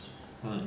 hmm